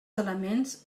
elements